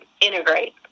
integrate